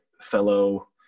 fellow